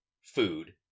food